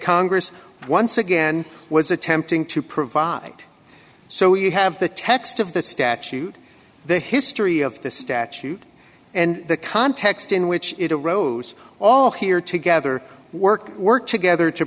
congress once again was attempting to provide so you have the text of the statute the history of the statute and the context in which it arose all here together work work together to